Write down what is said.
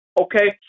Okay